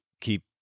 keep